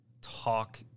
talk